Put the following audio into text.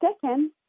second